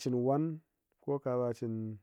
chin wan ko ka ba chin